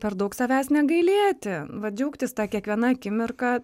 per daug savęs negailėti va džiaugtis ta kiekviena akimirka